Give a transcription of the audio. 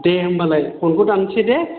दे होनबालाय फनखौ दाननोसै दे